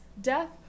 death